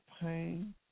pain